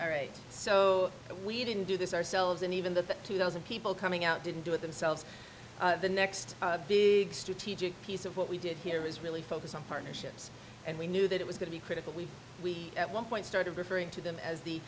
all right so we didn't do this ourselves and even the two thousand people coming out didn't do it themselves the next big strategic piece of what we did here was really focused on partnerships and we knew that it was going to be critical we we at one point started referring to them as the